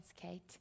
Kate